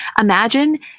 imagine